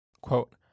Quote